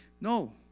no